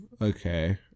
Okay